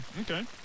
Okay